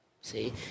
See